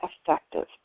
effective